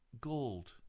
gold